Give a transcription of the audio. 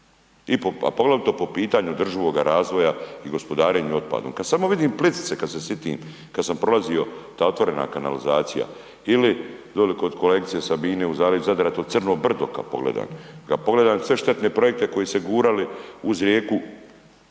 a poglavito po pitanju održivoga razvoja i gospodarenju otpadom. Kad samo vidim Plitvice, kad se sjetim kad sam prolazio ta otvorena kanalizacija ili dole kod kolegice Sabine u zaleđu Zadra, to je Crno brdo kad pogledam, kad pogledam sve štetne projekte koji su se gurali uz rijeku